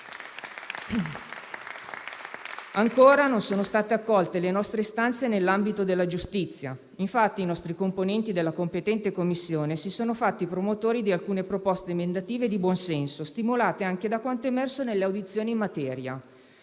Ancora non sono state accolte le nostre istanze nell'ambito della giustizia. I nostri componenti della competente Commissione si sono fatti promotori di alcune proposte emendative di buon senso, stimolate anche da quanto emerso nel corso delle audizioni in materia.